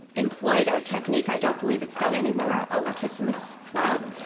employed a technique i don't believe it's done anymore a latissimus flap,